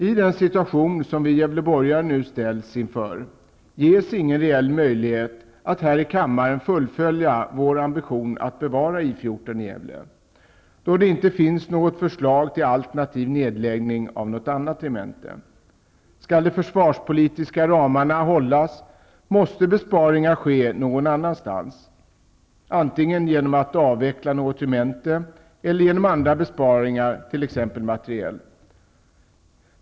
I den situation som vi gävleborgare nu ställs inför ges ingen reell möjlighet att här i kammaren fullfölja vår ambition att bevara I 14 i Gävle, då det inte finns något förslag till alternativ nedläggning av något annat regemente. Skall de försvarspolitiska ramarna hållas, måste besparingar ske någon annanstans, antingen genom att något regemente avvecklas eller genom andra besparingar, t.ex. på materiel.